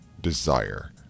desire